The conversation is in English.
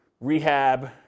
rehab